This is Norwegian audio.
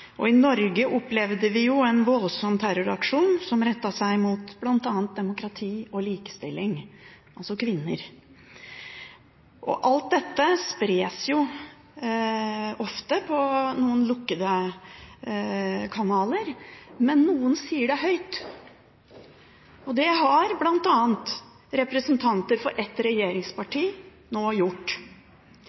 I Norge opplevde vi en voldsom terroraksjon, som rettet seg mot bl.a. demokrati og likestilling, altså kvinner. Alt dette spres ofte på noen lukkede kanaler, men noen sier det høyt. Det har bl.a. representanter for ett regjeringsparti nå gjort. Jeg synes at utenriksministeren viker unna å svare på om vi ikke alle har